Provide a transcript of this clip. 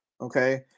Okay